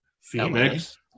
Phoenix